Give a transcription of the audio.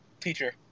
teacher